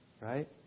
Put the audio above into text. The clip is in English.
right